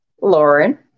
Lauren